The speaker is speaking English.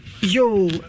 Yo